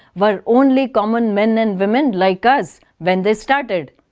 were only common men and women like us when they started.